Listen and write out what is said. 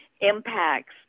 impacts